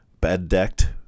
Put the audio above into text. bed-decked